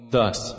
Thus